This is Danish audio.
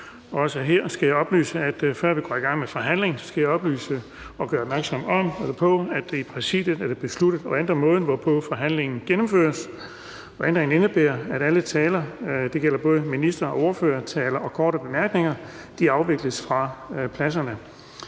før vi går i gang med forhandlingen, oplyse om og gøre opmærksom på, at det i Præsidiet er blevet besluttet at ændre måden, hvorpå forhandlingen gennemføres. Ændringen indebærer, at alle taler, og det gælder